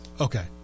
Okay